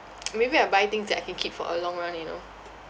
maybe I'll buy things that I can keep for a long run you know